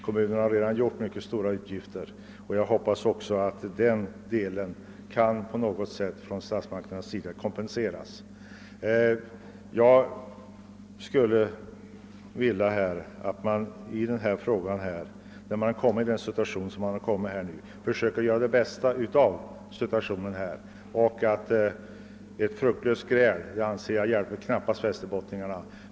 Kommunerna har redan gjort stora utgifter, men jag hoppas statsmakterna skall kunna kompensera dem för det på något sätt. Jag skulle vilja att man nu försöker göra det bästa av situationen. Ett fruktlöst. gräl hjälper knappast västerbottningarna.